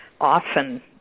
often